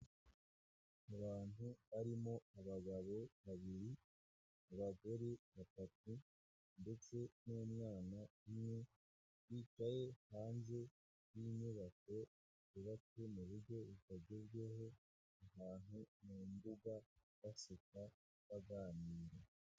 Abantu barimo abagabo babiri, abagore batatu ndetse n'umwana umwe, bicaye hanze y'inyubako yubatswe mu buryo butagezweho ahantu mu mbuga, baseka, baganira.